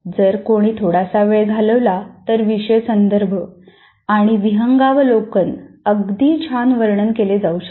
जर कोणी थोडासा वेळ घालवला तर विषय संदर्भ आणि विहंगावलोकन अगदी छान वर्णन केले जाऊ शकते